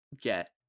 get